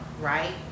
right